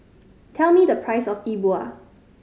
tell me the price of E Bua